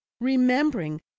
remembering